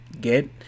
get